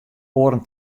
oaren